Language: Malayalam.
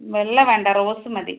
വെള്ള വേണ്ട റോസ് മതി